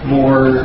more